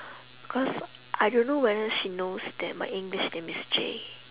cause I don't know whether she knows that my english name is J